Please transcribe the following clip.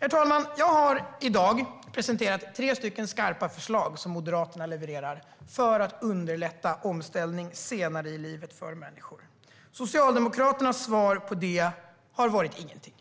Herr talman! Jag har i dag presenterat tre skarpa förslag som Moderaterna levererar för att underlätta omställning senare i livet för människor. Socialdemokraternas svar på det har varit - ingenting.